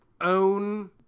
own